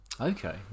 Okay